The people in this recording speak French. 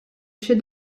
chef